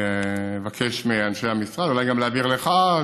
אבקש מאנשי המשרד אולי גם להעביר לך,